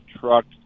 truck